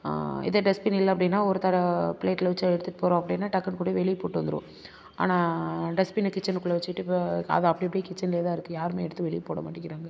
இதே டஸ்பின் இல்லை அப்படின்னா ஒரு தடவை பிளேட்டில் வச்சு எடுத்துகிட்டு போகிறோம் அப்படின்னா டக்குன்னு கொண்டு போய் வெளியே போட்டு வந்துடுவோம் ஆனால் டஸ்ட்பின கிச்சனுக்குள்ளே வச்சுட்டு இப்போ அதை அப்படி அப்படியே கிச்சன்லேயே தான் இருக்கு யாரும் எடுத்து வெளியே போட மாட்டேங்கிறாங்க